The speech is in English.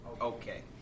Okay